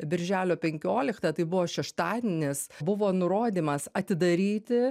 birželio penkioliktą tai buvo šeštadienis buvo nurodymas atidaryti